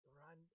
run